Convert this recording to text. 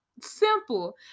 Simple